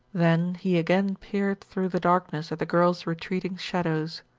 then he again peered through the darkness at the girls' retreating shadows.